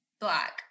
black